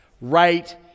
right